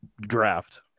draft